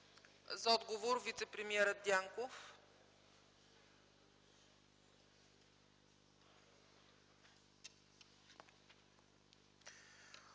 За отговор – вицепремиерът Дянков.